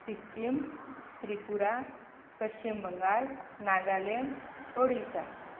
Sikkim Tripura Paschim Bangal Nagaland Odisha